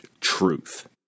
truth